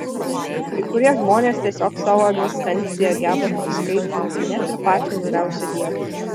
kai kurie žmonės tiesiog savo egzistencija geba praskaidrinti net ir pačią niūriausią dieną